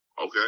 Okay